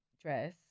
dress